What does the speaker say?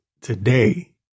Today